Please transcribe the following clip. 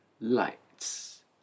lights